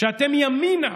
שאתם ימינה,